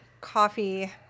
coffee